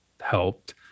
helped